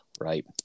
right